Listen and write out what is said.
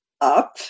up